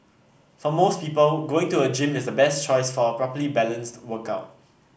for most people going to a gym is the best choice for a properly balanced workout